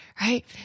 Right